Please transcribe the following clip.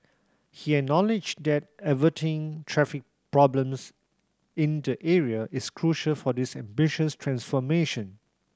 he acknowledged that averting traffic problems in the area is crucial for this ambitious transformation